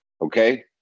Okay